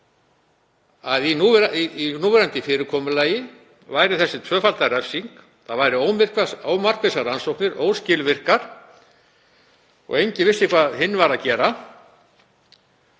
að í núverandi fyrirkomulagi væri þessi tvöfalda refsing. Það væru ómarkvissar rannsóknir, óskilvirkar og enginn vissi hvað hinn væri að gera.